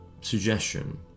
suggestion